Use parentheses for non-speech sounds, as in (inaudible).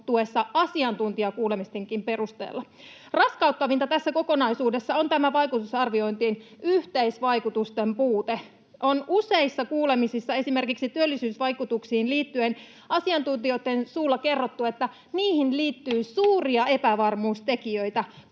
asiantuntijakuulemistenkin perusteella. Raskauttavinta tässä kokonaisuudessa on tämä vaikutusarviointien yhteisvaikutusten puute. On useissa kuulemisissa esimerkiksi työllisyysvaikutuksiin liittyen asiantuntijoitten suulla kerrottu, että niihin liittyy (noise) suuria epävarmuustekijöitä.